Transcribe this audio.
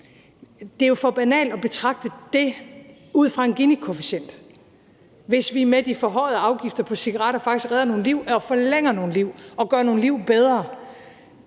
Det er jo for banalt at betragte det ud fra en Ginikoefficient, hvis vi med de forhøjede afgifter på cigaretter faktisk redder nogle liv og forlænger nogle liv og gør nogle liv bedre.